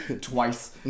Twice